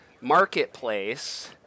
marketplace